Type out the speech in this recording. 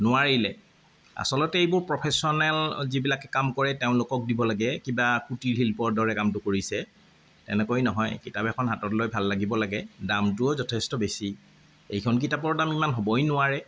নোৱাৰিলে আচলতে এইবোৰ প্ৰফেচনেল যিবিলাকে কাম কৰে তেওঁলোকক দিব লাগে কিবা কুটীৰ শিল্পৰ দৰে কামটো কৰিছে এনেকৈ নহয় কিতাপ এখন হাতত লৈ ভাল লাগিব লাগে দামটোও যথেষ্ট বেছি এইখন কিতাপৰ দাম ইমান হ'বই নোৱাৰে